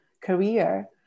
career